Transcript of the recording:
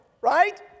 right